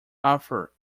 arthur